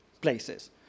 places